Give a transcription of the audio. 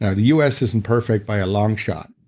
ah the us isn't perfect by a long shot,